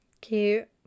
Cute